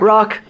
Rock